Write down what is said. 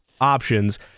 options –